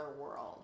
world